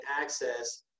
access